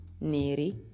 neri